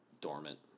dormant